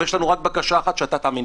אחת, שאתה תאמין בעצמך.